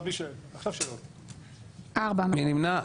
מי נמנע?